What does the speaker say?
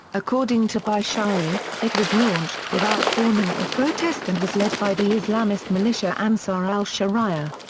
according to bishari, it was launched without warning or protest and was led by the islamist militia ansar al-sharia.